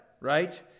right